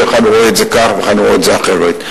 שאחד רואה את זה כך ואחד רואה את זה אחרת.